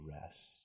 rest